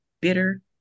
bitter